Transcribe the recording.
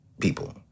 people